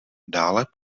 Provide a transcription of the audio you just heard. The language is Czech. dále